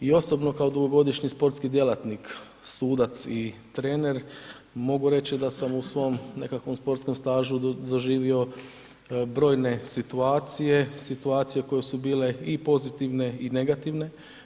I osobno kao dugogodišnji sportski djelatnik, sudac i trener mogu reći da sam u svom nekakvom sportskom stažu doživio brojne situacije, situacije koje su bile i pozitivne i negativne.